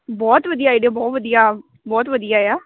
ਬਹੁਤ ਵਧੀਆ ਆਈਡੀਆ ਬਹੁਤ ਵਧੀਆ ਬਹੁਤ ਵਧੀਆ ਆ